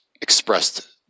expressed